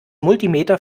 multimeter